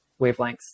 wavelengths